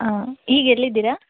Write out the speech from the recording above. ಆಂ ಈಗ ಎಲ್ಲಿದ್ದೀರ